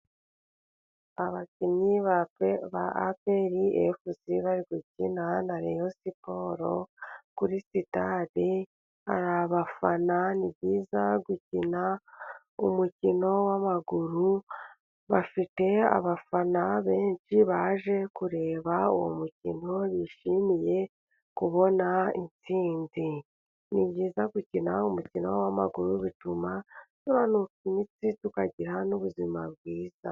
Abakinnyi ba aperi fs bari gukina na reyosiporo kuri sitade. Abafana ni byiza gukina umukino w'amaguru ,bafite abafana benshi baje kureba uwo mukino, bishimiye kubona insinzi, ni byiza gukina umukino w'amaguru bituma tunanuka imitsi ,tukagira n'ubuzima bwiza.